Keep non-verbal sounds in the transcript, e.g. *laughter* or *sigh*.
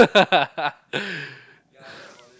*laughs*